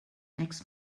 next